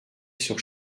sur